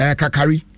kakari